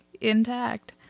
intact